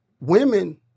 Women